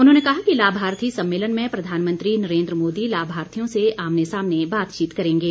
उन्होंने कहा कि लाभार्थी सम्मेलन में प्रधानमंत्री नरेन्द्र मोदी लाभार्थियों से आमने सामने बातचीत करेंगे